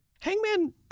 Hangman